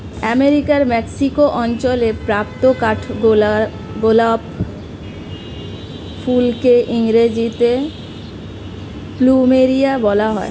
আমেরিকার মেক্সিকো অঞ্চলে প্রাপ্ত কাঠগোলাপ ফুলকে ইংরেজিতে প্লুমেরিয়া বলা হয়